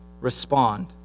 respond